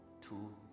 two